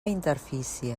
interfície